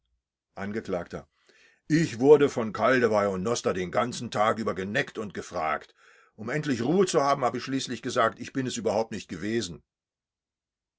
angekl ich wurde von kaldewey und noster den ganzen tag über geneckt und gefragt um endlich ruhe zu haben habe ich schließlich gesagt ich bin es überhaupt nicht gewesen